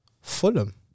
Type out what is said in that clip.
Fulham